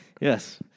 Yes